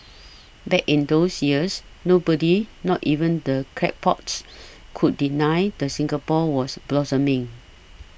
back in those years nobody not even the crackpots could deny that Singapore was blossoming